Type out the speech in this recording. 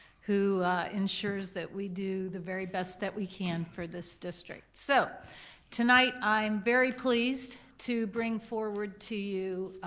who ensures that we do the very best that we can for this district, so tonight i'm very pleased to bring forward to you.